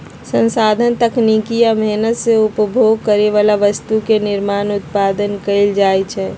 संसाधन तकनीकी आ मेहनत से उपभोग करे बला वस्तु के निर्माण उत्पादन कएल जाइ छइ